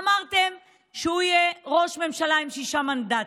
אמרתם שהוא יהיה ראש ממשלה עם שישה מנדטים,